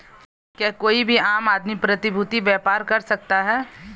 क्या कोई भी आम आदमी प्रतिभूती व्यापार कर सकता है?